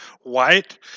White